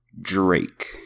Drake